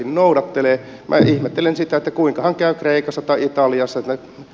minä ihmettelen sitä kuinkahan käy kreikassa tai italiassa